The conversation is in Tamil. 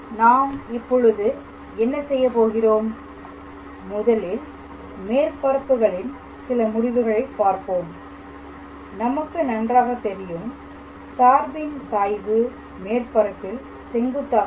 நாம் இப்பொழுது என்ன செய்யப்போகிறோம் முதலில் மேற்பரப்பு களின் சில முடிவுகளை பார்ப்போம் நமக்கு நன்றாக தெரியும் சார்பின் சாய்வு மேற்பரப்பில் செங்குத்தாக இருக்கும்